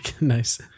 Nice